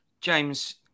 James